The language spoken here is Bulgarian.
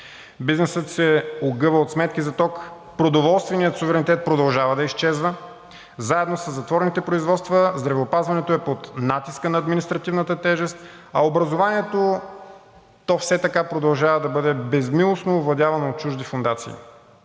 Бизнесът се огъва от сметки за ток, продоволственият суверенитет продължава да изчезва заедно със затворените производства, здравеопазването е под натиска на административната тежест, а образованието – то все така продължава да бъде безмилостно овладявано от чужди фондации.